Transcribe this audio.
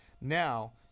Now